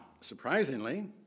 surprisingly